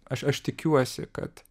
aš aš tikiuosi kad